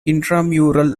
intramural